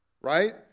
right